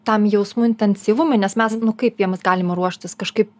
tam jausmų intensyvumui nes mes kaip jiems galima ruoštis kažkaip